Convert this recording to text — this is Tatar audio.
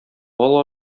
бал